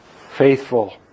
faithful